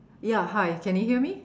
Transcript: ya hi can you hear me